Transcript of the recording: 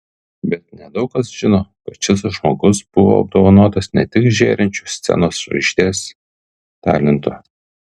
bet nedaug kas žino kad šis žmogus buvo apdovanotas ne tik žėrinčiu scenos žvaigždės talentu